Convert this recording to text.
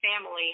family